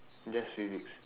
just physics